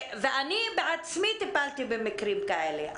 אני בעצמי טיפלתי במקרים כאלה.